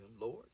Lord